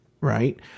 right